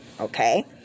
okay